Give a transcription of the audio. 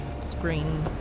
screen